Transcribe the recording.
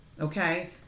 okay